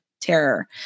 terror